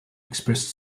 expressed